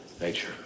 Nature